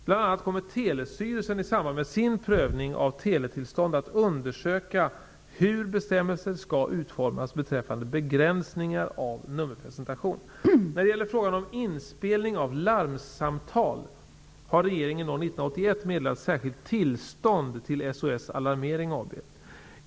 Bl.a. kommer Telestyrelsen i samband med sin prövning av teletillstånd att undersöka hur bestämmelser skall utformas beträffande begränsningar av nummerpresentation. När det gäller frågan om inspelning av larmsamtal har regeringen år 1981 meddelat särskilt tillstånd till SOS Alarmering AB.